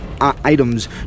items